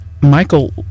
Michael